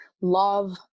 love